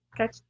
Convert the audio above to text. Okay